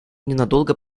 ненадолго